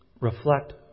reflect